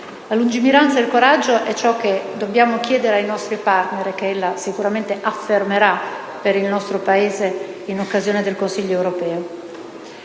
La lungimiranza e il coraggio sono ciò che dobbiamo chiedere ai nostri *partner*, ciò che ella sicuramente affermerà per il nostro Paese in occasione del Consiglio europeo,